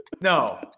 no